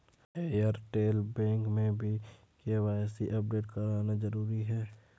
Airtel bank में भी KYC update करना जरूरी है